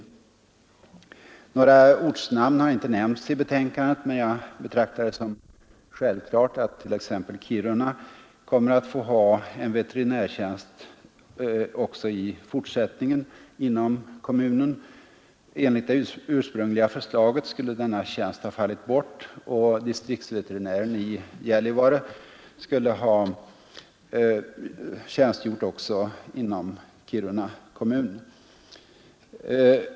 Några ortnamn har inte nämnts i betänkandet, men jag betraktar det som självklart att t.ex. Kiruna kommer att få ha en veterinärtjänst också i fortsättningen inom kommunen. Enligt det ursprungliga förslaget skulle denna tjänst ha fallit bort, och distriktsveterinären i Gällivare skulle ha tjänstgjort också inom Kiruna kommun.